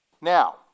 Now